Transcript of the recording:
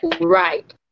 right